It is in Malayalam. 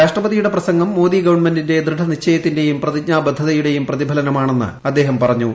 രാഷ്ട്രപതിയുടെ പ്രസംഗം മോദി ഗവണ്മെന്റിന്റെ ദൃഢ നിശ്ചയത്തിന്റെയും പ്രതിജ്ഞാബദ്ധതയുടെയും പ്രതിഫലനമാണെന്ന് അദ്ദേഹം പറഞ്ഞു